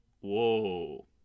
Whoa